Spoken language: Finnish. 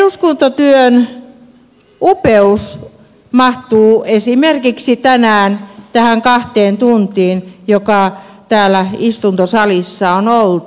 eduskuntatyön upeus mahtuu esimerkiksi tänään näihin kahteen tuntiin jotka täällä istuntosalissa on oltu